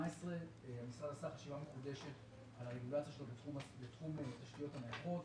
המשרד עשה חשיבה מחודשת על הרגולציה בתחום התשתיות בשנת 2018,